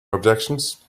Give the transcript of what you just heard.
objections